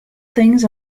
things